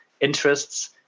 interests